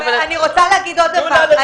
תנו לה לדבר.